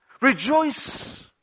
Rejoice